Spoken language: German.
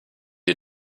die